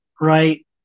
right